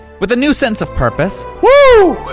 with a new sense of purpose. whoo!